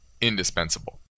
indispensable